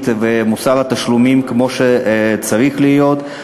ומוסר התשלומים כמו שהם צריכים להיות,